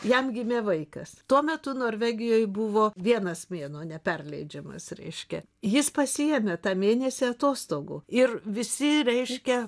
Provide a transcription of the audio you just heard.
jam gimė vaikas tuo metu norvegijoj buvo vienas mėnuo neperleidžiamas reiškia jis pasiėmė tą mėnesį atostogų ir visi reiškia